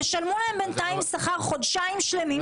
תשלמו להם בינתיים שכר במשך חודשיים שלמים,